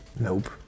Nope